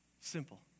Simple